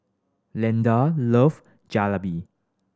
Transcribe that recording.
Leander love Jalebi